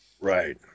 Right